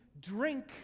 drink